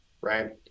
Right